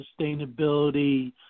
sustainability